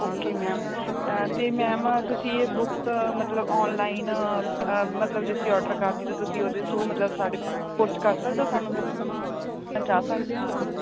okay ma'am ਅਤੇ ma'am ਤੁਸੀਂ ਇਹ ਬੁੱਕ ਮਤਲਬ ਔਨਲਾਈਨ ਮਤਲਬ ਜੇ ਅਸੀਂ ਔਡਰ ਕਰ ਦੇਈਏ ਤਾਂ ਤੁਸੀਂ ਉਹਦੇ ਥਰੂ ਮਤਲਬ ਸਾਡੇ ਪੋਸਟ ਕਰ ਸਕਦੇ ਹੋ ਸਾਨੂੰ ਬੁੱਕਸ ਪਹੁੰਚਾ ਸਕਦੇ ਹੋ